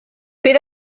bydd